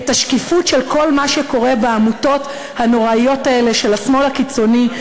של השקיפות של כל מה שקורה בעמותות הנוראיות האלה של השמאל הקיצוני,